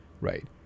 right